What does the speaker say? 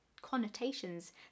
connotations